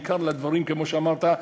בעיקר לדברים כמו שאמרת,